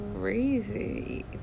crazy